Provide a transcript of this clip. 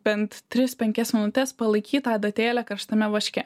bent tris penkias minutes palaikyt tą adatėlę karštame vaške